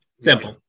Simple